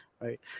right